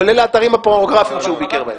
כולל האתרים הפורנוגרפיים שהוא ביקר להם.